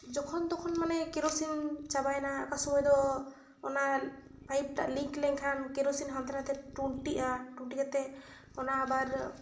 ᱡᱚᱠᱷᱚᱱ ᱛᱚᱠᱷᱚᱱ ᱢᱟᱱᱮ ᱠᱮᱨᱳᱥᱤᱱ ᱪᱟᱵᱟᱭᱮᱱᱟ ᱚᱠᱟ ᱥᱚᱢᱚᱭ ᱫᱚ ᱚᱱᱟ ᱯᱟᱭᱤᱯᱴᱟᱜ ᱞᱤᱠ ᱞᱮᱱᱠᱷᱟᱱ ᱠᱮᱨᱳᱥᱤᱱ ᱦᱟᱱᱛᱮ ᱱᱟᱛᱮ ᱴᱩᱱᱴᱤᱜᱼᱟ ᱴᱩᱱᱴᱤ ᱠᱟᱛᱮᱫ ᱚᱱᱟ ᱟᱵᱟᱨ